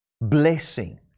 blessing